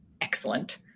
excellent